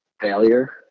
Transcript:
failure